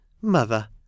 Mother